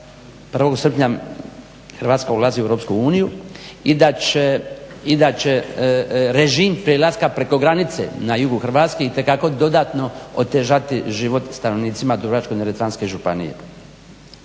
1.srpnja Hrvatska ulazi u EU i da će režim prijelaza preko granice na jugu Hrvatske itekako dodatno otežati život stanovnicima Dubrovačko-neretvanske županije.